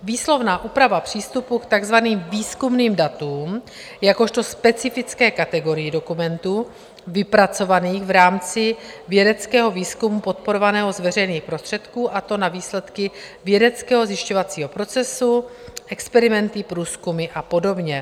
Výslovná úprava přístupu k takzvaným výzkumným datům jakožto specifické kategorii dokumentů vypracovaných v rámci vědeckého výzkumu podporovaného z veřejných prostředků, a to na výsledky vědeckého zjišťovacího procesu, experimenty, průzkumy a podobně.